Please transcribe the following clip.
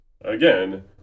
Again